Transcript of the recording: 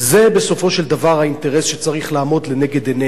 זה בסופו של דבר האינטרס שצריך לעמוד לנגד עינינו.